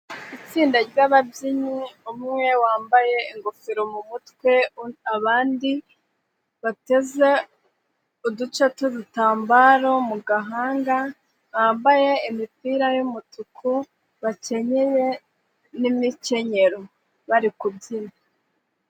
Itsinda ryababyinnyi umwe wambaye ingofero mu mutwe abandi, bateze, uduce tw'udutambaro mu gahanga, bambaye imipira y'umutuku, bakenyeye n'imikenyero, bari kubyina.